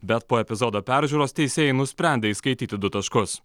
bet po epizodo peržiūros teisėjai nusprendė įskaityti du taškus